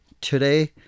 Today